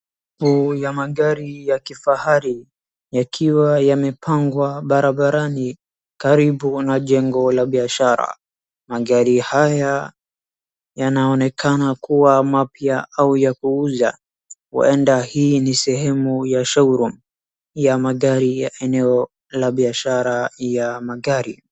Huu magari ya kifahari yakiwa yamepangwa barabarani karibu na jengo la biashara. Magari haya yanaonekana kuwa mapya au ya kuuza. Huwenda hii ni sehemu ya sho room ya magari ya eneo la biashara ya magari.